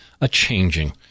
a-changing